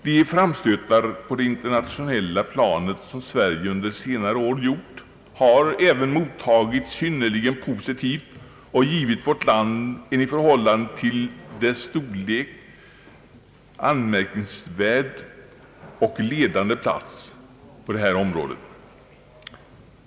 De framstötar på det internationella planet som Sverige under senare år gjort har även mottagits synnerligen positivt och givit vårt land en i förhållande till dess storlek anmärkningsvärd och ledande plats på detta område.